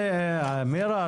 מירה,